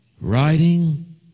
writing